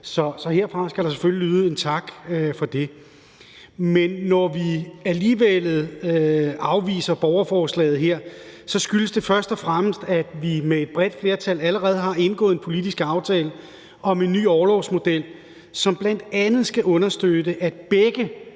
Så herfra skal der selvfølgelig lyde en tak for det. Men når vi alligevel afviser borgerforslaget her, skyldes det først og fremmest, at vi med et bredt flertal allerede har indgået en politisk aftale om en ny orlovsmodel, som bl.a. skal understøtte, at begge